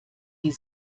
die